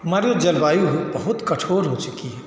हमारी जलवायु बहुत कठोर हो चुकी है